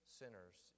sinners